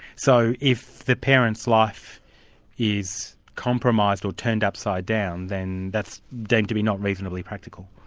so if the parent's life is compromised or turned upside down, then that's deemed to be not reasonably practical?